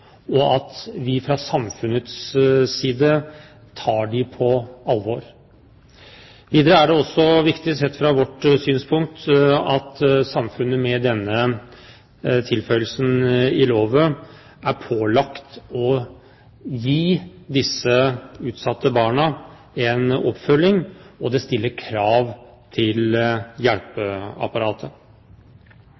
og at vi fra samfunnets side tar dem på alvor. Videre er det også viktig, sett fra vårt synspunkt, at samfunnet med denne tilføyelsen i loven er pålagt å gi disse utsatte barna en oppfølging, og det stiller krav til